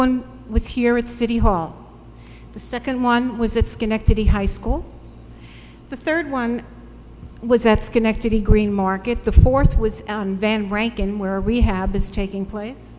one was here at city hall the second one was at schenectady high school the third one was at schenectady green market the fourth was van rankin where we have is taking place